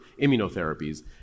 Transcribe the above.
immunotherapies